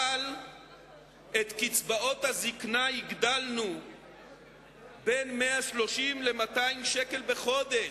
אבל את קצבאות הזיקנה הגדלנו ב-130 200 שקל לחודש.